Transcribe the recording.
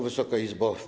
Wysoka Izbo!